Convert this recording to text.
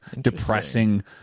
depressing